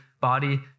body